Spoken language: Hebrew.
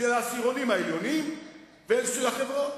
של העשירונים העליונים ושל החברות.